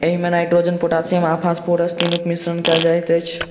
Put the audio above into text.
एहिमे nitrogen, potassium आ phosphorus तीनूक मिश्रण कएल रहैत अछि